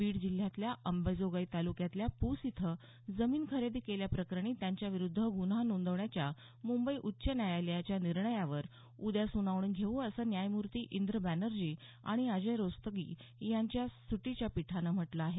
बीड जिल्ह्यातील अंबाजोगाई तालुक्यातील पुस इथं जमीन खरेदी केल्याप्रकरणी त्यांच्या विरुद्ध गुन्हा नोंदवण्याच्या मुंबई उच्च न्यायालयाच्या निर्णयावर उद्या सुनावणी घेऊ असं न्यायमूर्ती इंद्र बॅनर्जी आणि अजय रस्तोगी यांच्या सुटीच्या पीठानं म्हटलं आहे